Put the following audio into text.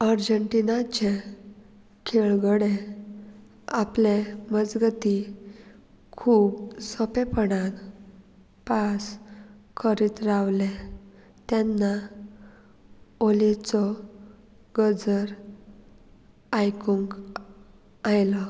अर्जंटिनाचे खेळगडे आपले मजगती खूब सोंपेपणान पास करीत रावले तेन्ना ओलेचो गजर आयकूंक आयलो